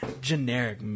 generic